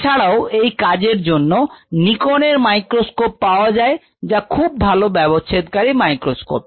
এছাড়াও এই কাজের জন্য নিকনের মাইক্রোস্কোপ পাওয়া যায় যা খুব ভালো ব্যবচ্ছেদ কারী মাইক্রোস্কোপ